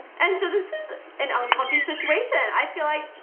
and so this is an uncomfy situation, i feel like,